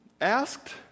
Asked